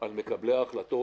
על מקבלי ההחלטות,